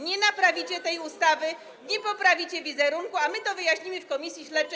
Nie naprawicie tej ustawy, nie poprawicie wizerunku, a my to wyjaśnimy w komisji śledczej.